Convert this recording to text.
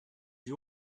you